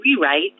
rewrite